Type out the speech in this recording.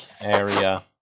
area